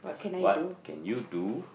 what can you do